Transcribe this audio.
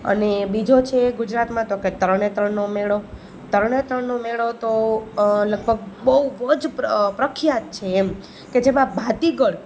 અને બીજો છે ગુજરાતમાં તો કે તરણેતરનો મેળો તરણેતરનો મેળો તો લગભગ બહુ જ પ્રખ્યાત છે એમ કે જેમાં ભાતીગળ